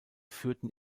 führten